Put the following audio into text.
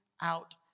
out